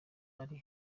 ari